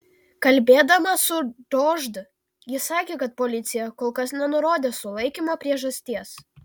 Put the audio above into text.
kalbėdama su dožd ji sakė kad policija kol kas nenurodė sulaikymo priežasties